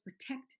protect